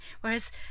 Whereas